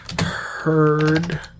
heard